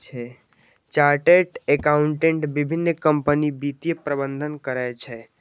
chartered accountant विभिन्न कंपनीक वित्तीय प्रबंधन करै छै